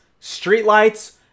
streetlights